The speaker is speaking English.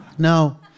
No